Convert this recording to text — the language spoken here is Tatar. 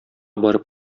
барып